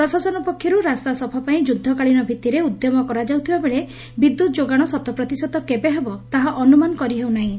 ପ୍ରଶାସନ ପକ୍ଷରୁ ରାସ୍ତା ସଫ ପାଇଁ ଯୁଦ୍ଧକାଳୀନ ଭିଭିରେ ଉଦ୍ୟମ କରାଯାଉଥିବାବେଳେ ବିଦ୍ୟୁତ୍ ଯୋଗାଣ ଶତ ପ୍ରତିଶତ କେବେ ହେବ ତାହା ଅନୁମାନ କରିହେଉ ନାହିଁ